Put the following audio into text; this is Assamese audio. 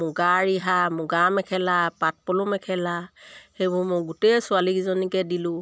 মুগা ৰিহা মুগা মেখেলা পাটপলু মেখেলা সেইবোৰ মই গোটেই ছোৱালীকিজনীকে দিলোঁ